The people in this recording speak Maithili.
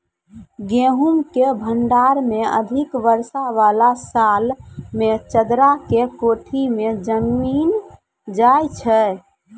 गेहूँ के भंडारण मे अधिक वर्षा वाला साल मे चदरा के कोठी मे जमीन जाय छैय?